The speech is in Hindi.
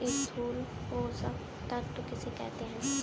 स्थूल पोषक तत्व किन्हें कहते हैं?